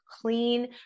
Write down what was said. clean